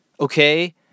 Okay